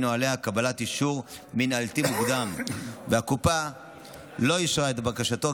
נהליה קבלת אישור מינהלתי מוקדם והקופה לא אישרה את בקשתו,